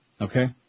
Okay